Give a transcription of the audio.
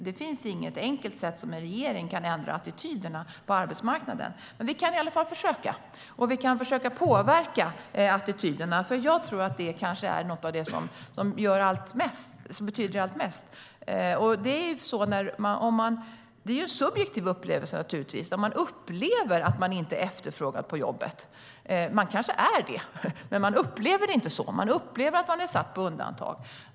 Det finns inget enkelt sätt för en regering att ändra attityderna på arbetsmarknaden. Men vi kan i alla fall försöka, och vi kan försöka påverka attityderna. Jag tror nämligen att det kanske är något av det som betyder mest. Det är naturligtvis en subjektiv upplevelse att man upplever att man inte är efterfrågad på jobbet. Man kanske är det, men man upplever det inte så. Man upplever att man är satt på undantag.